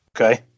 Okay